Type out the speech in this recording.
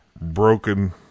broken